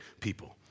people